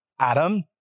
Adam